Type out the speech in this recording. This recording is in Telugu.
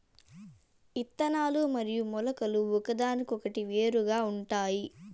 ఇత్తనాలు మరియు మొలకలు ఒకదానికొకటి వేరుగా ఉంటాయి